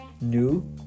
new